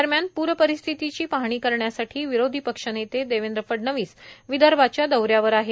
दरम्यान पूर परिस्थितीची पाहणी करण्यासाठी विरोधी पक्षनेते देवेंद्र फडणवीस विदर्भाच्या दौऱ्यावर आहेत